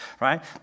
right